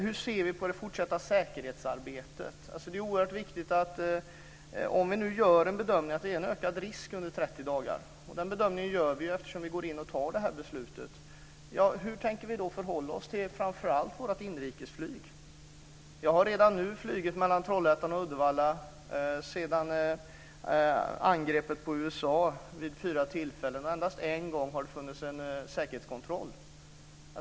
Hur ser vi på det fortsatta säkerhetsarbetet? Det är oerhört viktigt att veta om det görs en bedömning att det är en ökad risk under 30 dagar - den bedömningen görs eftersom beslutet nu fattas - hur vi tänker förhålla oss framför allt till vårt inrikesflyg. Jag har sedan angreppet på USA vid fyra tillfällen flugit mellan Trollhättan och Uddevalla, och endast en gång har det skett en säkerhetskontroll.